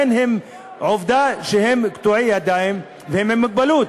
עובדה שהם קטועי ידיים והם עם מוגבלות.